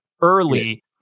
early